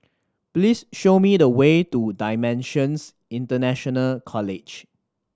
please show me the way to Dimensions International College